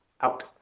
out